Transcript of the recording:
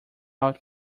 out